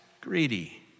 greedy